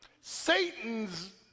Satan's